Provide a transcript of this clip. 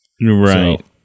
Right